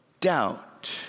doubt